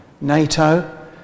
NATO